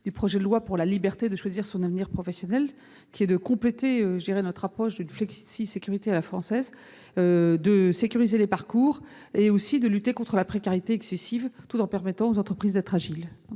du projet de loi pour la liberté de choisir son avenir professionnel. Son adoption complétera notre approche d'une flexisécurité à la française, qui vise à sécuriser les parcours et à lutter contre la précarité excessive, tout en permettant aux entreprises d'être agiles.